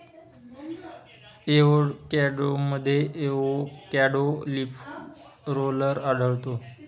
एवोकॅडोमध्ये avocado leaf roller आढळतो